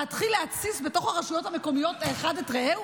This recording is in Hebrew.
להתחיל להתסיס בתוך הרשויות המקומיות האחד את רעהו?